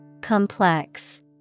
Complex